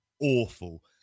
awful